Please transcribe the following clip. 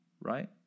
Right